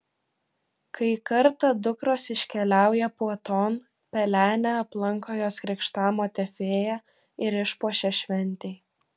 kai kartą dukros iškeliauja puoton pelenę aplanko jos krikštamotė fėja ir išpuošia šventei